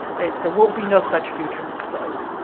there will be no such future mistakes,